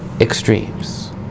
extremes